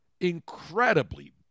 incredibly